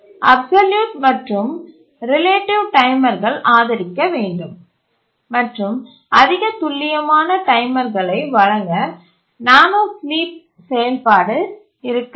absolute மற்றும் related டைமர்களை ஆதரிக்க வேண்டும் மற்றும் அதிக துல்லியமான டைமர்களை வழங்க நானோஸ்லீப் செயல்பாடு இருக்க வேண்டும்